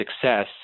success